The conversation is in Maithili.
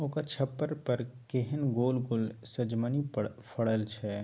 ओकर छप्पर पर केहन गोल गोल सजमनि फड़ल छै